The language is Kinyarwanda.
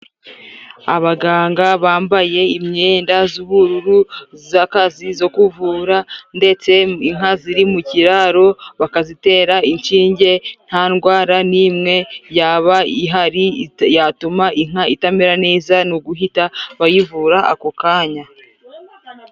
Abaganga bambaye imyenda z'ubururu z'akazi zo kuvura, ndetse inka ziri mu kiraro bakazitera inshinge, nta ndwara n'imwe yaba ihari yatuma inka itamera neza, ni uguhita bayivura ako kanya.